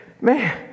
man